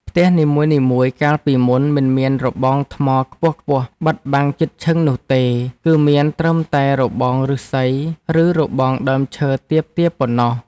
ផ្ទះនីមួយៗកាលពីមុនមិនមានរបងថ្មខ្ពស់ៗបិទបាំងជិតឈឹងនោះទេ គឺមានត្រឹមតែរបងឫស្សីឬរបងដើមឈើទាបៗប៉ុណ្ណោះ។